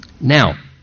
Now